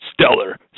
Stellar